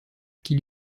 qui